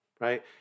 right